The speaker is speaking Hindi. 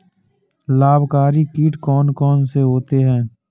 लाभकारी कीट कौन कौन से होते हैं?